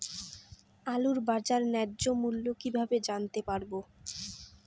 আলুর বাজার ন্যায্য মূল্য কিভাবে জানতে পারবো?